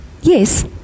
yes